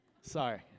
sorry